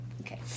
Okay